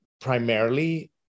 primarily